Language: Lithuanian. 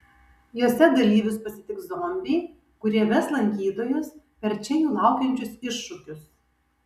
jose dalyvius pasitiks zombiai kurie ves lankytojus per čia jų laukiančius iššūkius